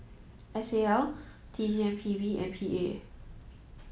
S L T C M P B and P A